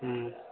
ᱦᱮᱸ